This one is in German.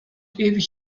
ewig